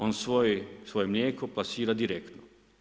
On svoje mlijeko plasira direktno.